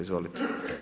Izvolite.